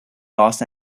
los